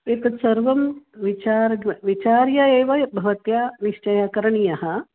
एतत् सर्वं विचार्य विचार्य एव भवत्या निश्चयं करणीयम्